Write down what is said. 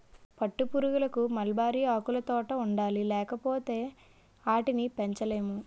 పట్టుపురుగులకు మల్బరీ ఆకులుతోట ఉండాలి లేపోతే ఆటిని పెంచలేము